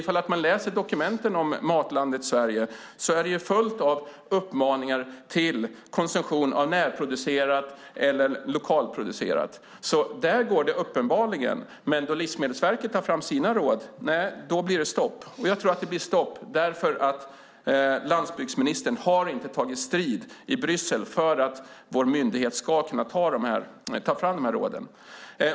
När man läser dokumenten om Matlandet Sverige ser man att det är fullt med uppmaningar till konsumtion av sådant som är närproducerat eller lokalproducerat. Där går det uppenbarligen bra, men då Livsmedelsverket tar fram sina råd blir det stopp. Jag tror att det blir stopp därför att landsbygdsministern inte har tagit strid i Bryssel för att vår myndighet ska kunna ta fram de här råden.